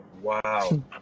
Wow